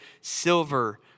silver